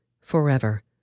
forever